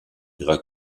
ihrer